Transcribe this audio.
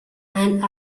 and